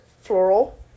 floral